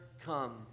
come